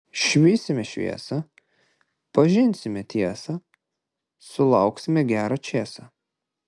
išvysime šviesą pažinsime tiesą sulauksime gerą čėsą